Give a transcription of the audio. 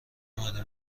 اومدی